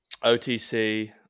OTC